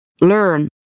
Learn